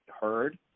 heard